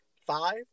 five